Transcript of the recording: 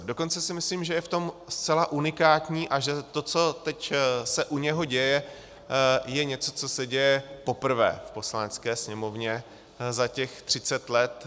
Dokonce si myslím, že je v tom zcela unikátní a že to, co se teď u něho děje, je něco, co se děje poprvé v Poslanecké sněmovně za těch třicet let.